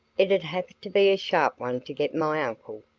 it'd have to be a sharp one to get my uncle,